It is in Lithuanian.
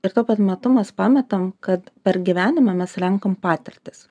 ir tuo pat metu mes pametam kad per gyvenimą mes renkam patirtis